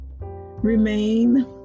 Remain